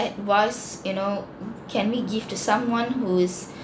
was you know can we give to someone who is